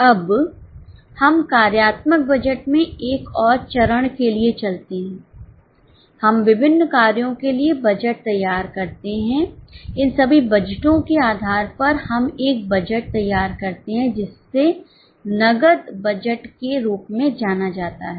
अब हम कार्यात्मक बजट में एक और चरण के लिए चलते हैं हम विभिन्न कार्यों के लिए बजट तैयार करते हैं इन सभी बजटों के आधार पर हम एक बजट तैयार करते हैं जिससे नकद बजट के रूप में जाना जाता है